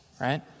right